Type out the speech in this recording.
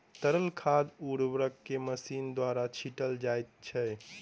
तरल खाद उर्वरक के मशीन द्वारा छीटल जाइत छै